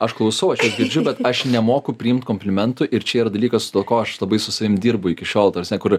aš klausau aš juos girdžiu bet aš nemoku priimt komplimentų ir čia yra dalykas dėl ko aš labai su savim dirbu iki šiol ta prasme kur